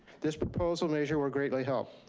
this proposal measure will greatly help.